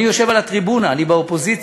אני יושב על הטריבונה, אני באופוזיציה.